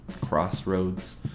crossroads